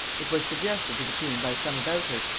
it was suggested to the queen by some about her,